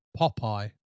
Popeye